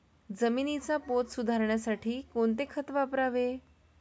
जमिनीचा पोत सुधारण्यासाठी कोणते खत वापरावे?